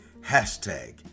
hashtag